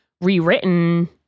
rewritten